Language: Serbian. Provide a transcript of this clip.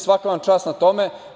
Svaka vam čast na tome.